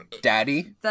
daddy